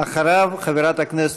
אחריו, חברת הכנסת,